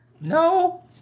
No